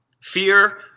Fear